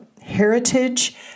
heritage